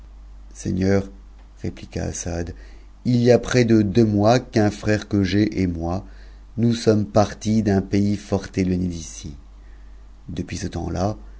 seigneur répliqua assad il y a près de deux mois qu'un frère que j'ai et moi nous sommes partis d'un pays fort éloigné d'ici depuis ce temps la